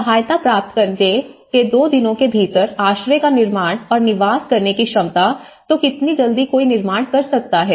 सहायता प्राप्त करने के दो दिनों के भीतर आश्रय का निर्माण और निवास करने की क्षमता तो कितनी जल्दी कोई निर्माण कर सकता है